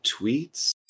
tweets